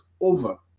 over